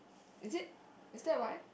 is it is that why